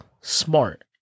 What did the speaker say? smart